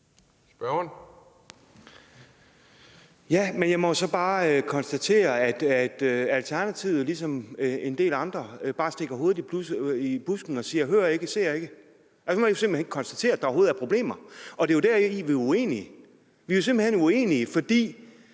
Ja, men jeg må så bare konstatere, at Alternativet ligesom en del andre bare stikker hovedet i busken og siger: Hører ikke, ser ikke. Man vil simpelt hen ikke konstatere, at der overhovedet er problemer, og det er jo der, vi er uenige. Vi er simpelt hen uenige, for